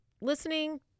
listening